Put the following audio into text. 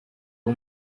too